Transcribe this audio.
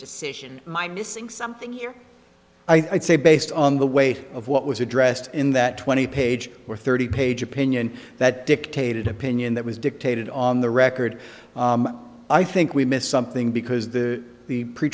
decision my missing something here i say based on the weight of what was addressed in that twenty page or thirty page opinion that dictated opinion that was dictated on the record i think we missed something because the the pre